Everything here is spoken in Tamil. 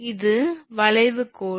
இது வளைவு கோடு